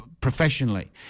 professionally